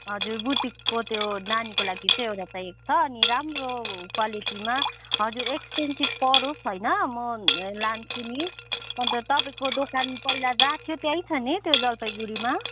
हजुर बुटिकको त्यो नानीको लागि चाहिँ एउटा चाहिएको छ अनि राम्रो क्वालिटीमा हजुर एक्सपेन्सिभ परोस् होइन म लान्छु नि अन्त तपाईँको दोकान पहिला जहाँ थियो त्यहीँ छ नि त्यो जलपाइगुडीमा